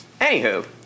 Anywho